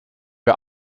war